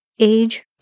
age